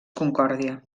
concòrdia